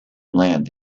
land